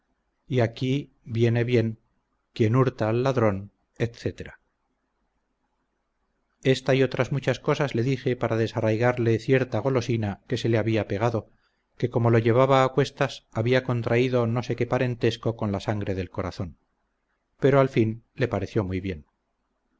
y aquí viene bien quien hurta al ladrón etc esta y otras muchas cosas le dije para desarraigarle cierta golosina que se le había pegado que como lo llevaba a cuestas había contraído no sé qué parentesco con la sangre del corazón pero al fin le pareció muy bien